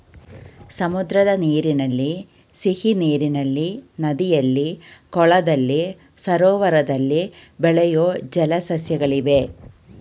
ಸಮುದ್ರದ ನೀರಿನಲ್ಲಿ, ಸಿಹಿನೀರಿನಲ್ಲಿ, ನದಿಯಲ್ಲಿ, ಕೊಳದಲ್ಲಿ, ಸರೋವರದಲ್ಲಿ ಬೆಳೆಯೂ ಜಲ ಸಸ್ಯಗಳಿವೆ